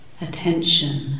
Attention